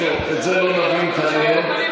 טוב, את זה לא נבין, כנראה.